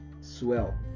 swell